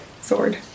Sword